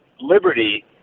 liberty